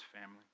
family